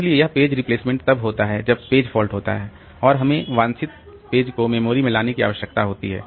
इसलिए यह page replacement तब होता है जब पेज फॉल्ट होता है और हमें वांछित पेज को मेमोरी में लाने की आवश्यकता होती है